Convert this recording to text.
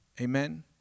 Amen